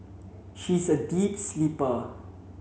she's a deep sleeper